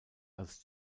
als